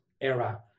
era